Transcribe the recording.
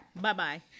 Bye-bye